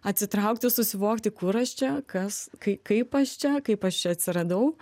atsitraukti susivokti kur aš čia kas kaip aš čia kaip aš čia atsiradau